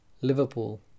Liverpool